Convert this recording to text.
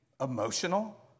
emotional